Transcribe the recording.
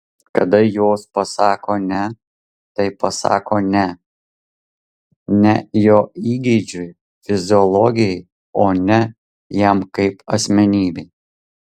kada jos pasako ne tai pasako ne ne jo įgeidžiui fiziologijai o ne jam kaip asmenybei